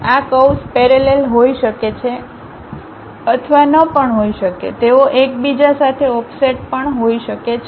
આ curves parallel હોઈ શકે છે અથવા નપણ હોઈ શકે તેઓ એકબીજા સાથે ઓફસેટ પણ હોઈ શકે છે